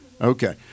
Okay